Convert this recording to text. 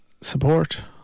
support